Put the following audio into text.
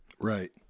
Right